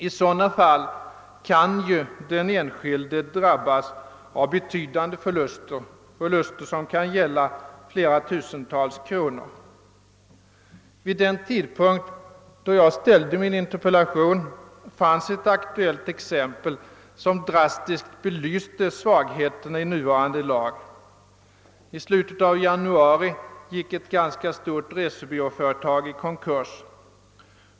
I sådana fall kan den enskilde drabbas av förluster kanske på flera tusentals kronor. Vid den tidpunkt då jag framställde min interpellation fanns ett aktuellt ex empel, som drastiskt belyste svagheten i nuvarande lag. I slutet av januari gick ett ganska stort resebyråföretag i konkurs.